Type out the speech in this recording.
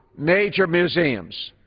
major museums